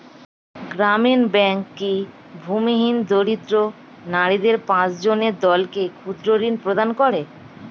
গ্রামীণ ব্যাংক কি ভূমিহীন দরিদ্র নারীদের পাঁচজনের দলকে ক্ষুদ্রঋণ প্রদান করে?